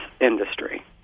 industry